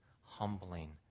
humbling